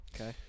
Okay